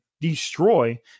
destroy